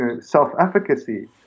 self-efficacy